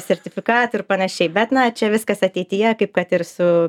sertifikatų ir panašiai bet na čia viskas ateityje kaip kad ir su